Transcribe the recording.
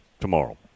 tomorrow